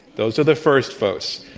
those are the first votes.